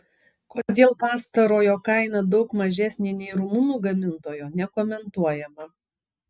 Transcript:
kodėl pastarojo kaina daug mažesnė nei rumunų gamintojo nekomentuojama